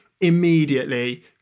immediately